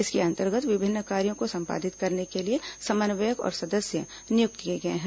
इसके अंतर्गत विभिन्न कार्यों को संपादित करने के लिए समन्वयक और सदस्य नियुक्त किए गए हैं